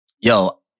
Yo